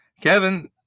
Kevin